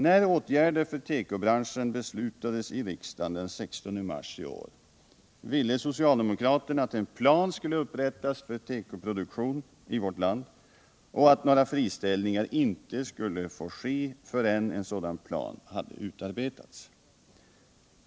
När åtgärder för tekobranschen beslutades i riksdagen den 16 mars i år ville socialdemokraterna att en plan för tekoproduktion i vårt land skulle upprättas och atv några friställningar inte skulle få ske förrän en sådan plan hade utarbetats.